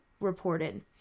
reported